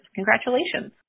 Congratulations